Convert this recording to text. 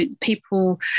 people